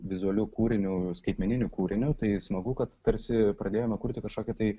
vizualiu kūriniu skaitmeniniu kūriniu tai smagu kad tarsi pradėjome kurti kažkokį tai